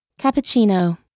Cappuccino